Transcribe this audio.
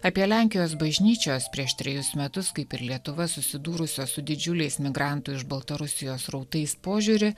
apie lenkijos bažnyčios prieš trejus metus kaip ir lietuva susidūrusios su didžiuliais migrantų iš baltarusijos srautais požiūrį